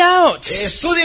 out